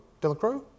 Delacroix